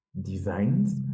designs